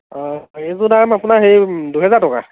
অঁ এইযোৰ দাম আপোনাৰ হেৰি দুহেজাৰ টকা